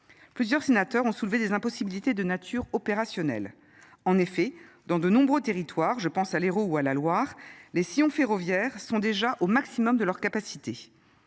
plusieurs sénateurs ont soulevé des impossibilités de nature opérationnelle. En effet, dans de nombreux territoires, je pense à l'hérault ou à la Loire Les sillons ferroviaires sont déjà au maximum de leur capacité.